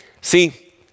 See